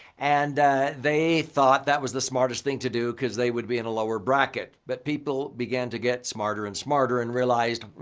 and they thought that was the smartest thing to do because they would be in a lower bracket. but people began to get smarter and smarter and realized,